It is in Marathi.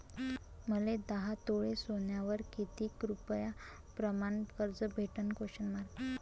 मले दहा तोळे सोन्यावर कितीक रुपया प्रमाण कर्ज भेटन?